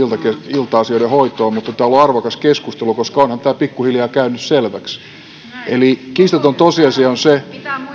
ilta asioiden hoitoa arvokas keskustelu koska onhan tämä pikkuhiljaa käynyt selväksi kiistaton tosiasia on se